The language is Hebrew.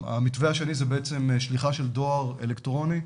המתווה השני זה שליחה של דואר אלקטרוני,